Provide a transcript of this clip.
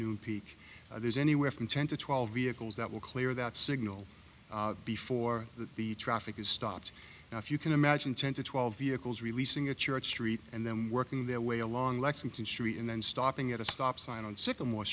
afternoon peak there's anywhere from ten to twelve vehicles that will clear that signal before the traffic is stopped now if you can imagine ten to twelve vehicles releasing a church street and then working their way along lexington street and then stopping at a stop sign on sycamore